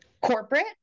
corporate